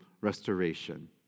restoration